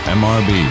mrb